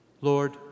Lord